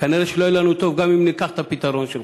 כנראה שלא יהיה לנו טוב גם אם ניקח את הפתרון שלך.